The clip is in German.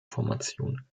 formation